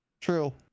True